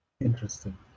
Interesting